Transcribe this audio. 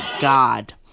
God